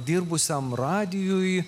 dirbusiam radijuj